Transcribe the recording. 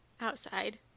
outside